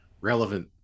relevant